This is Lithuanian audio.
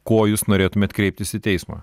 ko jūs norėtumėte kreiptis į teismą